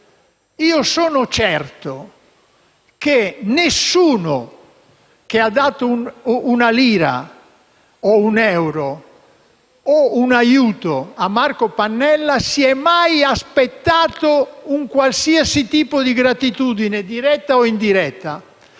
Sono certo che nessuno che ha dato una lira, un euro o un aiuto a Marco Pannella si è mai aspettato un qualsiasi tipo di gratitudine, diretta o indiretta,